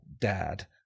dad